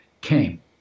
came